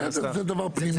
בסדר, זה דבר פנימי.